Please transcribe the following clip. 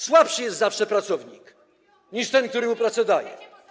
Słabszy jest zawsze pracownik niż ten, który mu pracę daje.